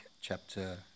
chapter